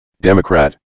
Democrat